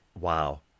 wow